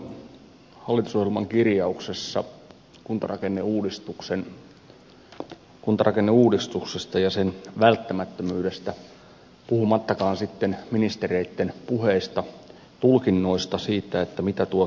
hallituksella on hallitusohjelman kirjauksessa kuntarakenneuudistuksesta ja sen välttämättömyydestä puhumattakaan sitten ministereitten puheista tulkinnoista siitä mitä tuo kirjaus tarkoittaa mittakaavavirhe